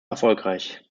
erfolgreich